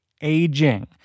aging